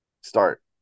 start